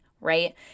right